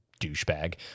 douchebag